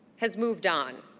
has moved on.